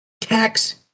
Tax